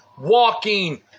walking